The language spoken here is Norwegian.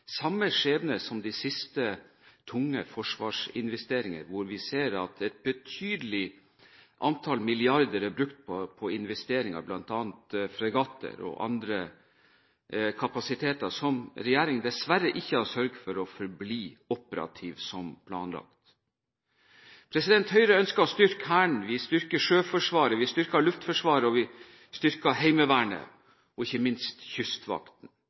samme skjebne som de siste, tunge forsvarsinvesteringer. Vi ser at et betydelig antall milliarder er brukt på investeringer i bl.a. fregatter og andre kapasiteter, som regjeringen dessverre ikke har sørget for blir operative som planlagt. Høyre ønsker å styrke Hæren, vi styrker Sjøforsvaret, vi styrker Luftforsvaret, vi styrker Heimevernet og ikke minst Kystvakten